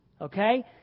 Okay